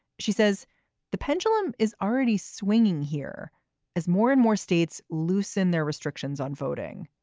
she says the pendulum is already swinging here as more and more states loosen their restrictions on voting.